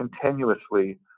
continuously